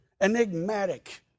enigmatic